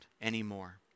anymore